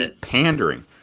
Pandering